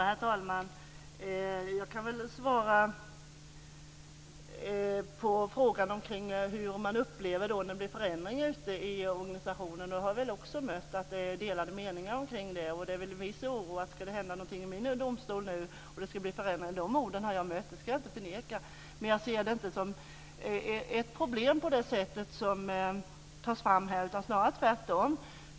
Herr talman! Jag ska svara på frågan hur man upplever förändringar ute i organisationen. Jag har också mött delade meningar om det. Det finns en viss oro hos en del: Ska det hända någonting i min domstol? Dessa ord har jag mött, det ska jag inte förneka. Men jag ser det inte som ett problem på det sätt som anförs här, snarare tvärtom.